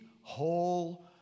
whole